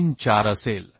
34 असेल